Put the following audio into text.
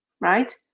Right